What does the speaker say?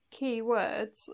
keywords